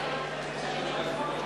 ייצוג הולם לנשים בוועדה למינוי דיינים),